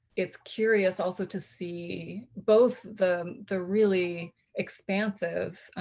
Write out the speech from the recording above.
it's curious also to see both the the really expansive